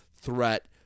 threat